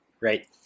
right